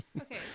Okay